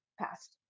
passed